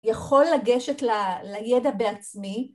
יכול לגשת לידע בעצמי.